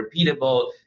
repeatable